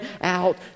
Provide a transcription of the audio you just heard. out